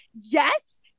yes